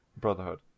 Brotherhood